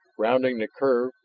rounding the curve,